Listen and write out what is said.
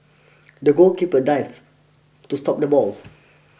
the goalkeeper dived to stop the ball